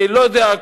לא יודע,